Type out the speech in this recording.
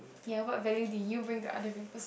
ya what value do you bring to other people's